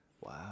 Wow